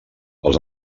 els